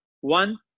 One